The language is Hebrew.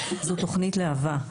היא תוכנית להבה.